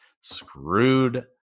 screwed